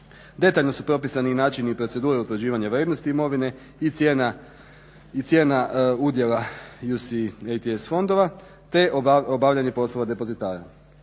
Detaljno su propisani načini i procedura utvrđivanja vrijednosti imovine i cijena udjela UCITS fondova te obavljanje poslova depozitara.